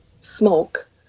smoke